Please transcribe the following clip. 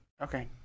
Okay